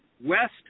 west